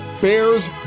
Bears